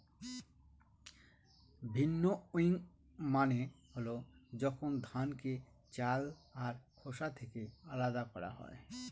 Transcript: ভিন্নউইং মানে হল যখন ধানকে চাল আর খোসা থেকে আলাদা করা হয়